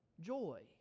joy